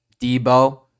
debo